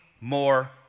more